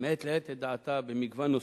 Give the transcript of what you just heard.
מעת לעת את דעתה במגוון נושאים,